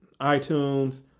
iTunes